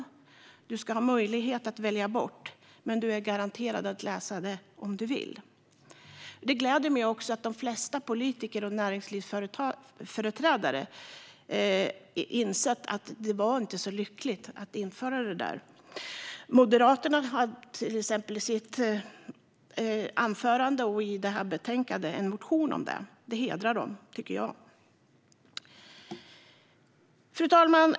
Man ska ha möjlighet att välja bort ämnen, men man är garanterad att kunna läsa dem om man vill. Det gläder mig också att de flesta politiker och näringslivsföreträdare insett att det som Jan Björklund införde inte var så lyckligt. Moderaterna har exempelvis i betänkandet en motion om att stärka elevers möjligheter att läsa in grundläggande behörighet. Det hedrar dem, tycker jag. Fru talman!